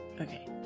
okay